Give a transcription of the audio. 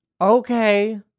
Okay